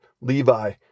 Levi